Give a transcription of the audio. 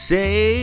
Say